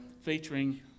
featuring